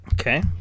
Okay